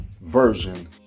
version